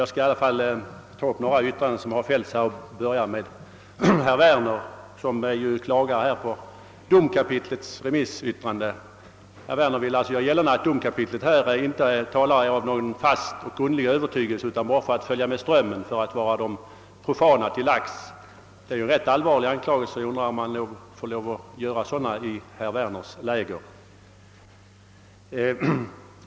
Jag skall ändå ta upp några yttranden som har fällts här och börjar med herr Werner, som klagade på domkapitlets remissyttrande. Herr Werner ville alltså göra gällande att domkapitlet i denna sak inte talar av någon fast eller grundlig övertygelse utan bara vill följa med strömmen för att vara de profana till lags. Det är ju en rätt allvarlig anklagelse. Jag undrar om man får lov att göra sådana i herr Werners läger.